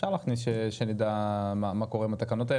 אפשר להכניס שנדע מה קורה עם התקנות האלה,